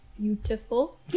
Beautiful